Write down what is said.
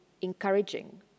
encouraging